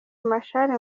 marchal